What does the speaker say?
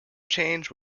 change